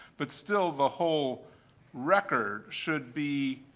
but still, the whole record should be